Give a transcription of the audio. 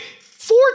Four